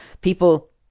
people